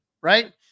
Right